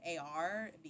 AR